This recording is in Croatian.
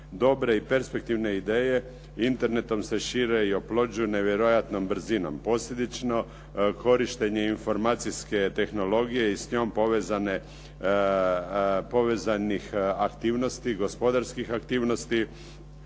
Dobre i perspektivne ideje Internetom se šire i oplođuju nevjerojatnom brzinom. Posljedično korištenje informacijske tehnologije i s njom povezanih aktivnosti, gospodarskih aktivnosti